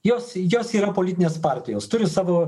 jos jos yra politinės partijos turi savo